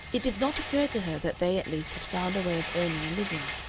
it did not occur to her that they at least had found a way of earning a living,